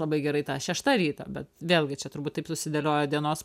labai gerai ta šešta ryto bet vėlgi čia turbūt taip susidėliojo dienos